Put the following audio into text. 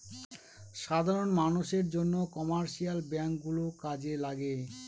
সাধারন মানষের জন্য কমার্শিয়াল ব্যাঙ্ক গুলো কাজে লাগে